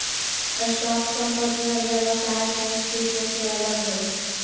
stock संपत्ति और व्यवसाय के अस्तित्व से अलग हइ